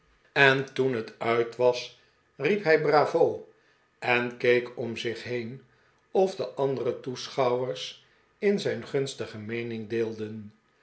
en toen het uit was riep hij bravo en keek om zich heen of de andere toeschouwers in zijn gunstige meening deelden